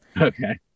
Okay